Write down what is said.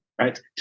Right